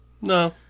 No